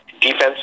defense